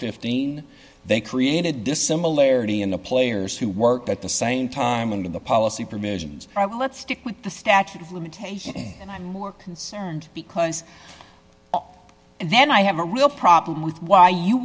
fifteen they created this similarity in the players who worked at the same time and in the policy provisions let's stick with the statute of limitations and i'm more concerned because then i have a real problem with why you